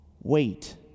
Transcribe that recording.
Wait